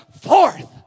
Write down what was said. forth